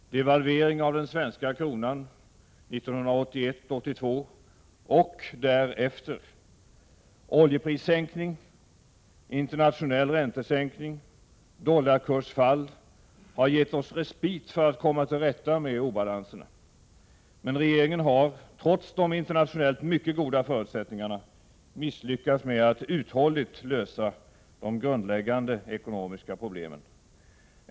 Devalvering av den svenska kronan 1981/82 och därefter, oljeprissänkning, internationell räntesänkning och dollarkursfall har gett oss respit för att komma till rätta med obalanserna. Men regeringen har, trots de internationellt mycket goda förutsättningarna, misslyckats med att uthålligt lösa de grundläggande ekonomiska problemen.